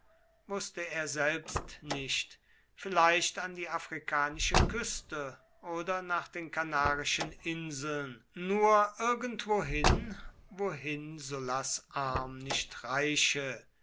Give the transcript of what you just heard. wußte er selbst nicht vielleicht an die afrikanische küste oder nach den kanarischen inseln nur irgendwohin wohin sullas arm nicht reiche